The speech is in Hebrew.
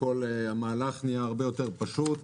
כל המהלך נהיה הרבה יותר פשוט.